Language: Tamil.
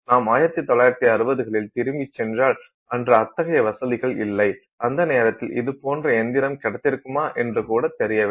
நாம் 1960 களில் திரும்பிச் சென்றால் அன்று அத்தகைய வசதிகள் இல்லை அந்த நேரத்தில் இது போன்ற இயந்திரம் கிடைத்திருக்குமா என்று கூட தெரியவில்லை